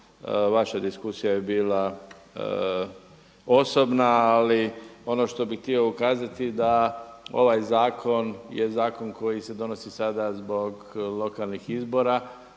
Vaša diskusija je bila osobna, ali ono što bih ukazati da ovaj zakon je zakon koji se donosi sada zbog lokalnih izbora,